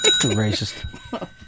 Racist